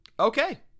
Okay